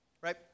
Right